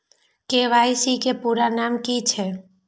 KYC के पूरा नाम की छिय?